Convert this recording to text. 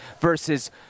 versus